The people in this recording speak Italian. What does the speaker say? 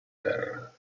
terra